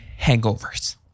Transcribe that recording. hangovers